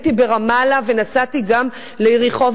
הייתי ברמאללה ונסעתי גם ליריחו,